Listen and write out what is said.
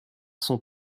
son